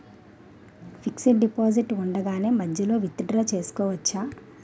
Fixed deposit ఉండగానే మధ్యలో withdraw చేసుకోవచ్చా?